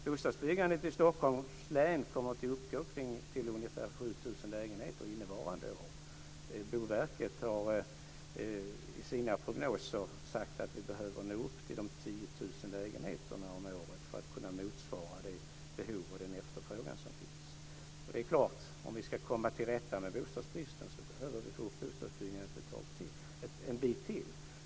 Bostadsbyggandet i Stockholms län kommer att uppgå till omkring 7 000 lägenheter innevarande år. Boverket har i sina prognoser sagt att vi behöver nå upp till 10 000 lägenheter om året för att kunna motsvara det behov och den efterfrågan som finns. Det är klart; om vi ska komma till rätta med bostadsbristen behöver vi få upp bostadsbyggandet en bit till.